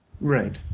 Right